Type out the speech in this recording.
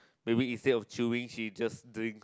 maybe instead of chewing she just drinks